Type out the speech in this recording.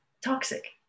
toxic